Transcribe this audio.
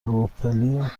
ژئوپلیتک